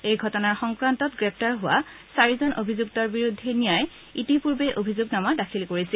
এই ঘটনাৰ সংক্ৰান্তত গ্ৰেপ্তাৰ হোৱা চাৰিজন অভিযুক্তৰ বিৰুদ্ধে নিয়াই ইতিপূৰ্বে অভিযোগনামা দাখিল কৰিছিল